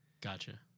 Gotcha